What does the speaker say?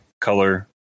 Color